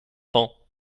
temps